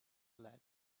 lead